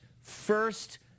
first